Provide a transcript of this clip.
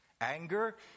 anger